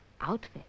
outfit